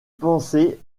penser